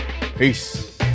Peace